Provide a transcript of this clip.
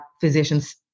physicians